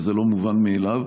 וזה לא מובן מאליו.